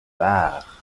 var